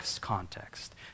context